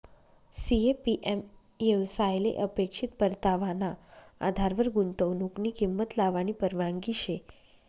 CAPM येवसायले अपेक्षित परतावाना आधारवर गुंतवनुकनी किंमत लावानी परवानगी शे